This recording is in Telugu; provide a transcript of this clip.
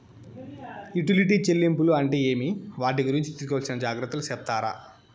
యుటిలిటీ చెల్లింపులు అంటే ఏమి? వాటి గురించి తీసుకోవాల్సిన జాగ్రత్తలు సెప్తారా?